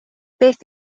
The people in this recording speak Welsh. beth